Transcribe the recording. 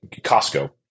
Costco